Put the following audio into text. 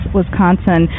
Wisconsin